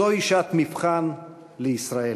זוהי שעת מבחן לישראל,